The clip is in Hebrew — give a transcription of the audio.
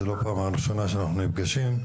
זו לא הפעם הראשונה שאנחנו נפגשים.